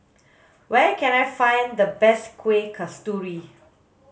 where can I find the best kueh kasturi